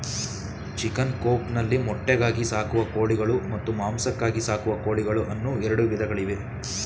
chicken coop ನಲ್ಲಿ ಮೊಟ್ಟೆಗಾಗಿ ಸಾಕುವ ಕೋಳಿಗಳು ಮತ್ತು ಮಾಂಸಕ್ಕಾಗಿ ಸಾಕುವ ಕೋಳಿಗಳು ಅನ್ನೂ ಎರಡು ವಿಧಗಳಿವೆ